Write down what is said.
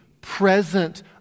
present